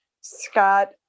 Scott